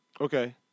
Okay